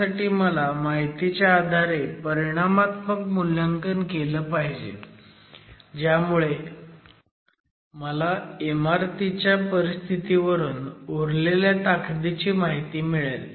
त्यासाठी मला माहितीच्या आधारे परिणामात्मक मूल्यांकन केलं पाहिजे ज्यामुळे मला इमारतीच्या परिस्थितीवरून उरलेल्या ताकदीची माहिती मिळेल